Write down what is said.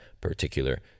particular